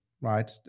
right